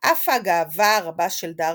על אף הגאווה הרבה של דארסי,